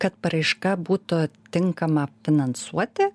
kad paraiška būtų tinkama finansuoti